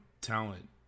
talent